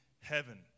heaven